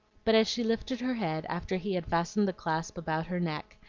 but as she lifted her head after he had fastened the clasp about her neck,